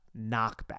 knockback